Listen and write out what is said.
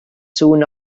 soon